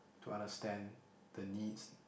to understand the needs